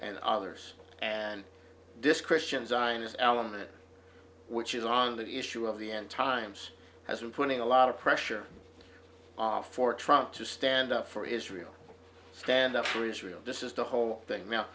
and others and discretion zionist element which is on the issue of the end times has been putting a lot of pressure off for trying to stand up for israel stand up for israel this is the whole thing now